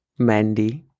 Mandy